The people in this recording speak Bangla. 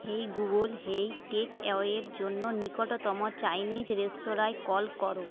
হে গুগ্ল হে টেকঅ্যাওয়ের জন্য নিকটতম চাইনিজ রেস্তোরাঁয় কল করো